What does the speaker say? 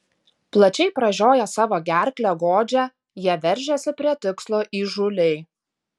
plačiai pražioję savo gerklę godžią jie veržiasi prie tikslo įžūliai